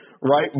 Right